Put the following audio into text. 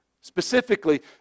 Specifically